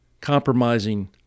compromising